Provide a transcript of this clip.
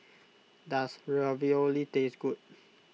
does Ravioli taste good